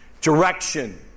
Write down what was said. Direction